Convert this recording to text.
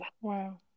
Wow